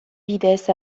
bidez